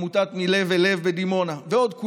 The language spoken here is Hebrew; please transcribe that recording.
עמותת מלב אל לב בדימונה ועוד.